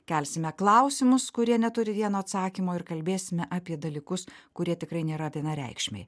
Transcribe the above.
kelsime klausimus kurie neturi vieno atsakymo ir kalbėsime apie dalykus kurie tikrai nėra vienareikšmiai